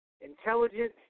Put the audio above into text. intelligent